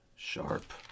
Sharp